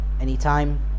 anytime